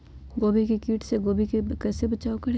गोभी के किट से गोभी का कैसे बचाव करें?